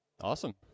Awesome